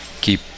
keep